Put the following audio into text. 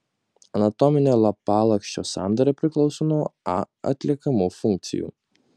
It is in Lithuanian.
anatominė lapalakščio sandara priklauso nuo a atliekamų funkcijų